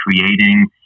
creating